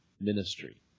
ministry